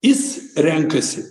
jis renkasi